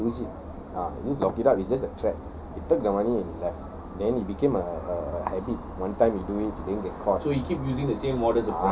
he didn't use it ah he just lock it up it's just a threat he took the money and he left then it became a a a habit one time he do it he didn't get caught